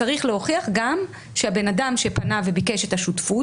צריך להוכיח גם שהבן אדם שפנה וביקש את השותפות